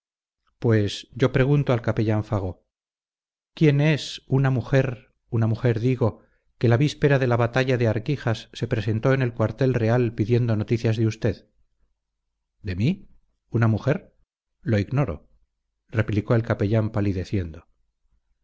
pues yo pregunto al capellán fago quién es una mujer una mujer digo que la víspera de la batalla de arquijas se presentó en el cuartel real pidiendo noticias de usted de mí una mujer lo ignoro replicó el capellán